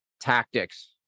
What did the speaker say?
tactics